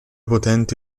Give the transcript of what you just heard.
potente